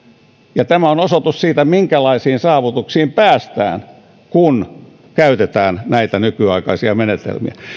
ja tämä on osoitus siitä minkälaisiin saavutuksiin päästään kun käytetään näitä nykyaikaisia menetelmiä